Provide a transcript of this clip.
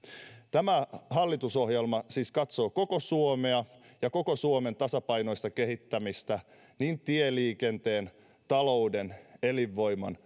tämä hallitusohjelma siis katsoo koko suomea ja koko suomen tasapainoista kehittämistä niin tieliikenteen talouden elinvoiman